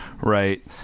right